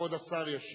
כבוד השר ישיב.